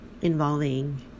involving